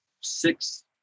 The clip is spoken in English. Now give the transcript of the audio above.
six